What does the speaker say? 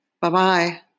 Bye-bye